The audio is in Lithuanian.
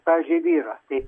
pavyzdžiui vyras tai